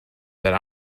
that